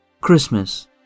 Christmas